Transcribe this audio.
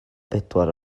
bedwar